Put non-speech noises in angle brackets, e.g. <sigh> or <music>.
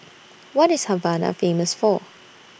<noise> What IS Havana Famous For